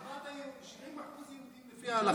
אמרת 90% יהודים לפי ההלכה.